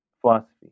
philosophy